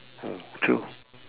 mm true